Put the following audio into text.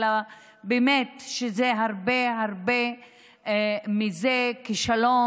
אלא הרבה הרבה מזה זה באמת כישלון